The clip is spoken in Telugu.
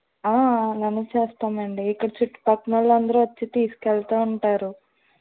మేమే చేస్తామండి ఇక్కడ చుట్టుపక్కన వాళ్ళందరూ వచ్చి తీసుకెళ్తూ ఉంటారు